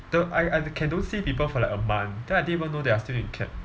the I I can don't see people for like even a month then I didn't even know they are still in cap